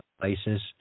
places